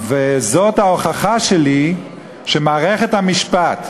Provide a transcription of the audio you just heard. וזאת ההוכחה שלי שמערכת המשפט,